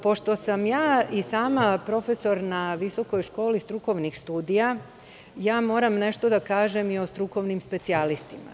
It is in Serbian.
Pošto sam ja i sama profesor na Visokoj školi strukovnih studija, moram nešto da kažem i o strukovnim specijalistima.